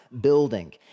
building